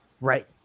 Right